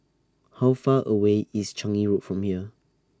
How Far away IS Changi Road from here